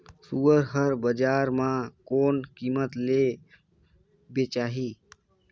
सुअर हर बजार मां कोन कीमत ले बेचाही?